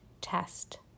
test